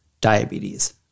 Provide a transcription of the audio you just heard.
diabetes